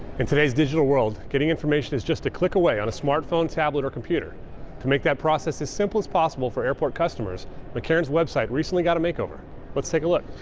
in today's digital world getting information is just a click away on a smartphone tablet or computer to make that process simple as possible for airport customers mccarran's website recently got a makeover let's take a look